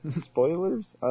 spoilers